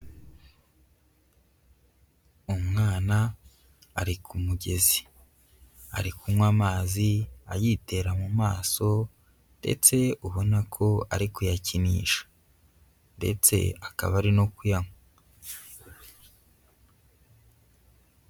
Umwana ari ku mugezi, ari kunywa amazi ayitera mu maso ndetse ubona ko ari kuyakinisha ndetse akaba ari no kuyanywa.